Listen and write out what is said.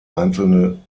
einzelne